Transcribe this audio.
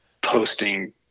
posting